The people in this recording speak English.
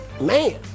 Man